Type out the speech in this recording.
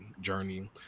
journey